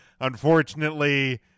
Unfortunately